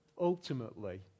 ultimately